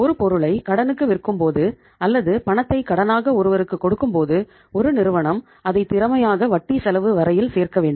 ஒரு பொருளை கடனுக்கு விற்கும்போது அல்லது பணத்தை கடனாக ஒருவருக்கு கொடுக்கும்போது ஒரு நிறுவனம் அதை திறமையாக வட்டி செலவு வரையில் சேர்க்கவேண்டும்